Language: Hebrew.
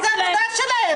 זו העבודה שלהם.